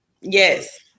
yes